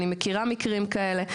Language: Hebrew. אני מכירה מקרים כאלה.